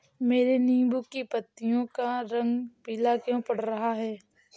मेरे नींबू की पत्तियों का रंग पीला क्यो पड़ रहा है?